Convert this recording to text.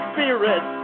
Spirit